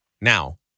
Now